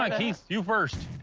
on, keith, you first.